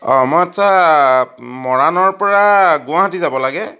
অঁ অঁ মই আত্ছা মৰাণৰ পৰা গুৱাহাটী যাব লাগে